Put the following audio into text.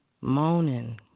Moaning